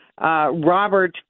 Robert